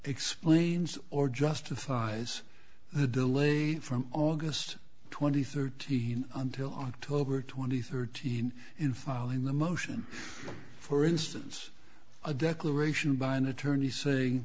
explains or justifies the delay from august twenty third t until october twenty third in in filing the motion for instance a declaration by an attorney saying